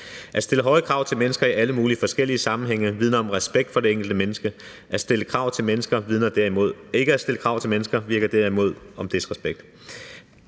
At stille høje krav til mennesker i alle mulige forskellige sammenhænge vidner om respekt for det enkelte menneske, ikke at stille krav til mennesker vidner derimod om disrespekt.